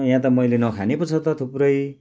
यहाँ त मैले नखाने पो छ त थुप्रै